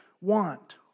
want